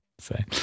say